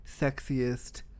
sexiest